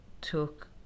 Took